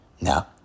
No